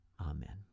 Amen